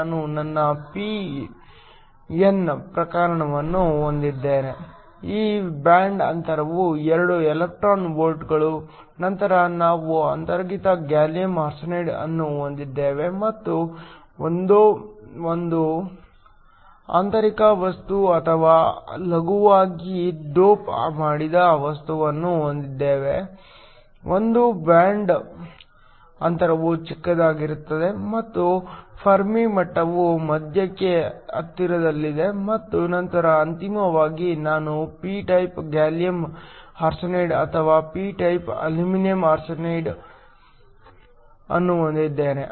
ನಾನು ನನ್ನ n ಪ್ರಕಾರವನ್ನು ಹೊಂದಿದ್ದೇನೆ ಈ ಬ್ಯಾಂಡ್ ಅಂತರವು 2 ಎಲೆಕ್ಟ್ರಾನ್ ವೋಲ್ಟ್ಗಳು ನಂತರ ನಾವು ಅಂತರ್ಗತ ಗ್ಯಾಲಿಯಮ್ ಆರ್ಸೆನೈಡ್ ಅನ್ನು ಹೊಂದಿದ್ದೇವೆ ಮತ್ತು ಒಂದೋ ಒಂದು ಆಂತರಿಕ ವಸ್ತು ಅಥವಾ ಲಘುವಾಗಿ ಡೋಪ್ ಮಾಡಿದ ವಸ್ತುವನ್ನು ಹೊಂದಿದ್ದೇವೆ ಒಂದೋ ಬ್ಯಾಂಡ್ ಅಂತರವು ಚಿಕ್ಕದಾಗಿರುತ್ತದೆ ಮತ್ತು ಫೆರ್ಮಿ ಮಟ್ಟವು ಮಧ್ಯಕ್ಕೆ ಹತ್ತಿರದಲ್ಲಿದೆ ಮತ್ತು ನಂತರ ಅಂತಿಮವಾಗಿ ನಾನು p ಟೈಪ್ ಗ್ಯಾಲಿಯಮ್ ಆರ್ಸೆನೈಡ್ ಅಥವಾ p type aluminium gallium arsenide ಅನ್ನು ಹೊಂದಿದ್ದೇನೆ